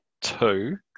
two